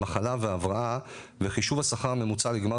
מחלה והבראה וחישוב השכר הממוצע לגמר